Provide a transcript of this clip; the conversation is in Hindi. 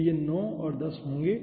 तो ये 9 और 10 होंगे